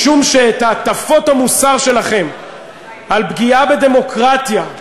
משום שאת הטפות המוסר שלכם על פגיעה בדמוקרטיה,